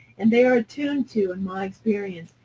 and they are attuned to, in my experience,